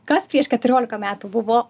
kas prieš keturiolika metų buvo